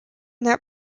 that